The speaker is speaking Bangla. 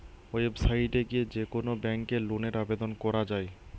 ওয়েবসাইট এ গিয়ে যে কোন ব্যাংকে লোনের আবেদন করা যায়